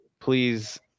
Please